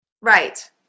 Right